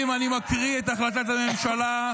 חברים, אני מקריא את החלטת הממשלה: